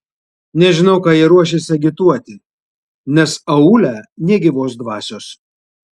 nežinau ką jie ruošiasi agituoti nes aūle nė gyvos dvasios